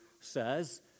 says